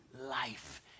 life